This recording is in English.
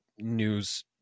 news